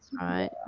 right